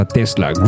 Tesla